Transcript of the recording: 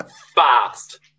Fast